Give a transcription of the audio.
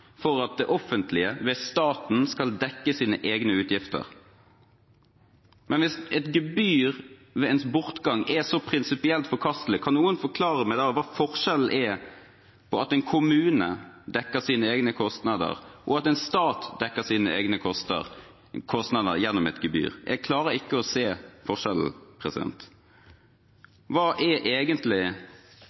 for at det offentlige ved staten skal dekke sine egne utgifter. Men hvis et gebyr ved ens bortgang er så prinsipielt forkastelig, kan noen da forklare meg hva forskjellen er på at en kommune dekker sine egne kostnader, og at staten dekker sine egne kostnader gjennom et gebyr? Jeg klarer ikke å se forskjellen. Hva er egentlig